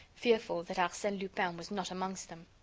fearful that arsene lupin was not amongst them.